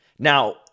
Now